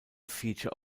feature